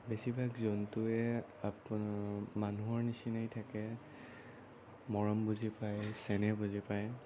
বেছি ভাগ জন্তুৱে আপো মানুহৰ নিচিনা থাকে মৰম বুজি পায় চেনেহ বুজি পায়